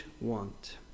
want